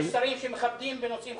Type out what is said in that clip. יש שרים שמכבדים ונושאים דברים.